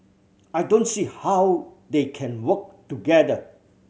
I don't see how they can work together